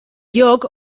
lloc